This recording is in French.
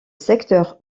secteur